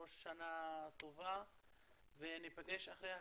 ראש שנה טובה וניפגש אחרי החגים.